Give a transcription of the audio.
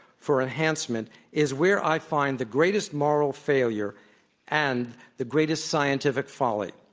for enhancement is where i find the greatest moral failure and the greatest scientific folly.